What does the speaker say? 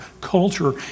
culture